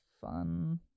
fun